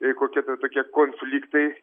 kokie tai tokie konfliktai